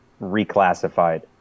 reclassified